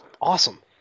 awesome